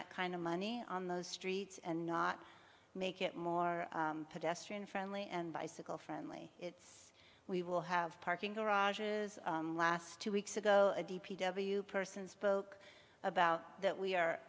that kind of money on those streets and not make it more pedestrian friendly and bicycle friendly it's we will have parking garages last two weeks ago d p w person spoke about that we are